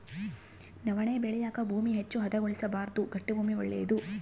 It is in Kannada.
ನವಣೆ ಬೆಳೆಯಾಕ ಭೂಮಿ ಹೆಚ್ಚು ಹದಗೊಳಿಸಬಾರ್ದು ಗಟ್ಟಿ ಭೂಮಿ ಒಳ್ಳೇದು